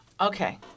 Okay